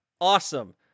awesome